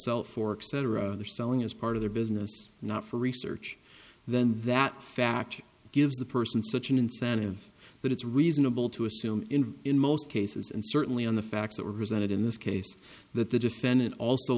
sell fork cetera are selling as part of their business not for research then that fact gives the person such an incentive that it's reasonable to assume in most cases and certainly on the facts that were presented in this case that the defendant also